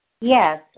Yes